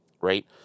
right